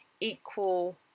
equal